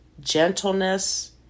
gentleness